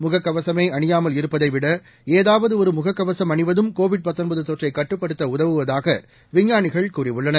முகக்கவசமே அணியாமல் இருப்பதைவிட ஏதாவது ஒரு முகக்கவசம் அணிவதும் கோவிட் தொற்றை கட்டுப்படுத்த உதவுவதாக விஞ்ஞானிகள் கூறியுள்ளனர்